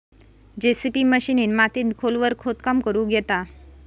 JCB मशिनीन मातीत खोलवर खोदकाम करुक येता